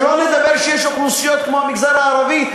שלא לדבר על אוכלוסיות כמו המגזר הערבי,